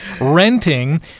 renting